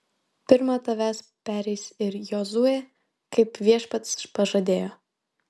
pirma tavęs pereis ir jozuė kaip viešpats pažadėjo